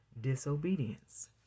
Disobedience